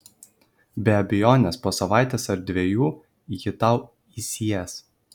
be abejonės po savaitės ar dviejų ji tau įsiės